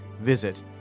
Visit